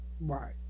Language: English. right